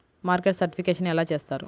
Market certification ఎలా చేస్తారు?